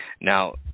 Now